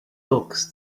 books